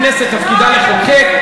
הכנסת תפקידה לחוקק,